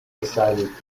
decided